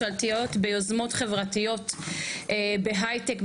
אני שמחה לפתוח את הדיון על תמיכות ממשלתיות ביוזמות חברתיות בהייטק,